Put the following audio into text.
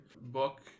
book